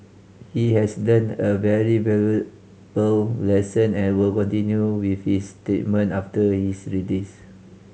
he has learnt a very valuable lesson and will continue with his treatment after his release